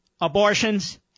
abortions